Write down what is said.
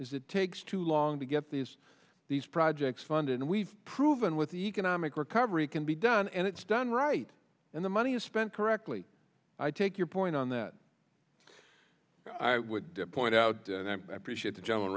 is it takes too long to get these these projects funded and we've proven with the economic recovery can be done and it's done right and the money is spent correctly i take your point on that i would point out and appreciate the ge